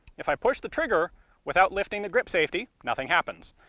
if i push the trigger without lifting the grip safety, nothing happens.